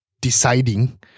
deciding